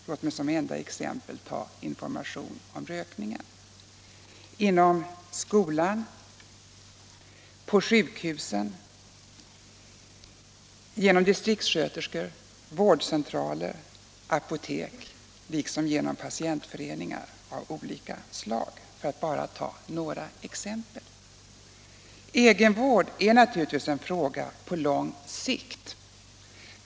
Låt mig som enda exempel nämna information om rökningen. Mycket kan också göras inom skolan, på sjukhusen, genom distriktssköterskor, vårdcentraler, apotek, liksom genom patientföreningar av olika slag, för att bara ta några exempel. Egenvård är naturligtvis en fråga på lång sikt.